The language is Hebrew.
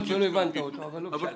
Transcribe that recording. יכול להיות שלא הבנת אותו אבל לא חשוב.